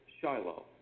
Shiloh